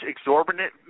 exorbitant